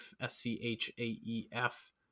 s-c-h-a-e-f